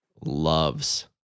loves